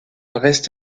reste